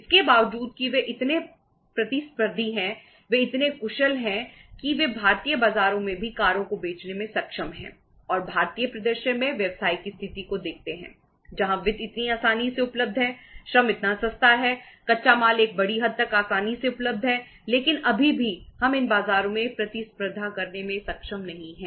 इसके बावजूद कि वे इतने प्रतिस्पर्धी हैं वे इतने कुशल हैं कि वे भारतीय बाजार में भी कारों को बेचने में सक्षम हैं और भारतीय परिदृश्य में व्यवसाय की स्थिति को देखते हैं जहां वित्त इतनी आसानी से उपलब्ध है श्रम इतना सस्ता है कच्चा माल एक बड़ी हद तक आसानी से उपलब्ध है लेकिन अभी भी हम इन बाजारों में प्रतिस्पर्धा करने में सक्षम नहीं हैं